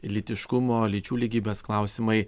lytiškumo lyčių lygybės klausimai